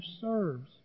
serves